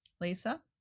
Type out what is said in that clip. Lisa